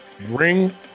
Ring